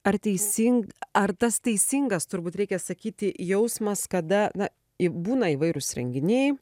ar teisin ar tas teisingas turbūt reikia sakyti jausmas kada na i būna įvairūs renginiai